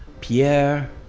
Pierre